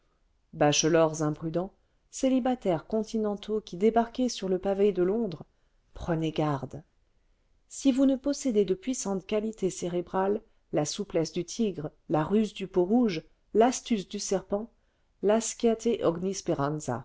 bachelors imprudents célibataires continentaux qui débarquez sur le pavé de londres prenez garde si vous ne possédez de puissantes qualités cérébrales la souplesse du tigre la ruse du peau-rouge l'astuce du serpent